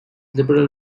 liberal